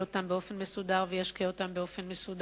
אותם באופן מסודר וישקה אותם באופן מסודר.